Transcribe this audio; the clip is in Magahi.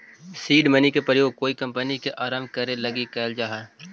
सीड मनी के प्रयोग कोई कंपनी के आरंभ करे लगी कैल जा हई